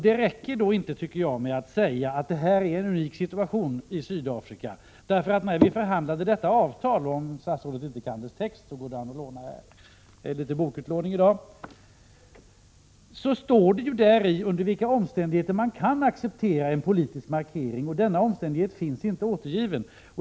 Det räcker inte med att säga att situationen i Sydafrika är unik. Om statsrådet inte kan GATT-avtalets text går det an att låna avtalet här — vi har litet bokutlåning i dag. Det står i avtalet under vilka omständigheter man kan acceptera en politisk markering. Denna omständighet finns inte återgiven.